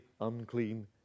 unclean